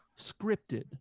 scripted